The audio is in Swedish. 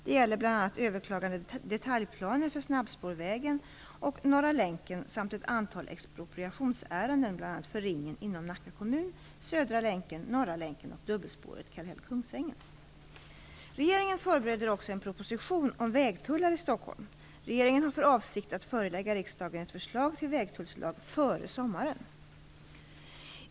Det gäller bl.a. överklagade detaljplaner för snabbspårvägen och Norra länken samt ett antal expropriationsärenden bl.a. för Ringen inom Nacka kommun, Södra länken, Norra länken och dubbelspåret Kallhäll Regeringen förbereder också en proposition om vägtullar i Stockholm. Regeringen har för avsikt att förelägga riksdagen ett förslag till vägtullslag före sommaren.